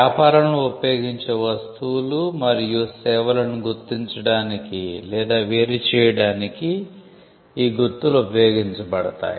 వ్యాపారంలో ఉపయోగించే వస్తువులు మరియు సేవలను గుర్తించడానికి లేదా వేరు చేయడానికి ఈ గుర్తులు ఉపయోగించబడతాయి